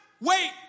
wait